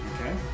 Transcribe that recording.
Okay